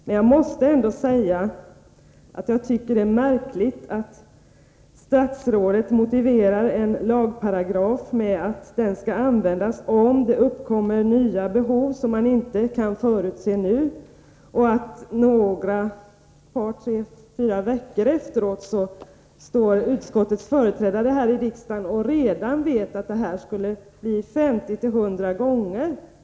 Men jag måste ändå säga att det är märkligt att statsrådet motiverar en lagparagraf med att den skall användas om det uppkommer nya behov som man inte kan förutse nu och att utskottets företrädare ett par tre fyra veckor efteråt står här i riksdagen och redan vet att denna paragraf kommer att åberopas 50-100 gånger.